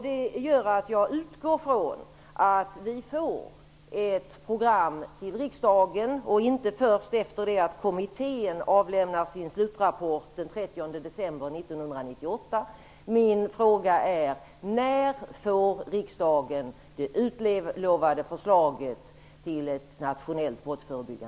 Det gör att jag utgår från att vi får ett program till riksdagen, och inte först efter det att kommittén avlämnar sin slutrapport den 30 december 1998.